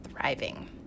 thriving